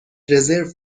رزرو